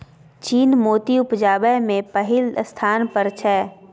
चीन मोती उपजाबै मे पहिल स्थान पर छै